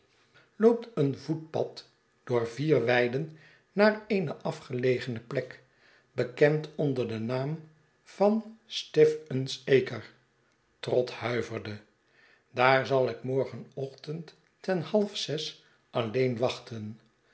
loopt een voetpad door vier weiden naar eene afgelegene plek bekend onder den naam van stiffun's acre trott huiverde daar zal ik morgenochtend ten half zes alleen wachten